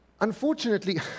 unfortunately